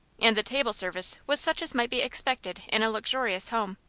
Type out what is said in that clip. and the table service was such as might be expected in a luxurious home.